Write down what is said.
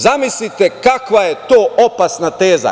Zamislite kakva je to opasna teza.